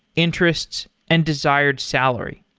interests and desired salary.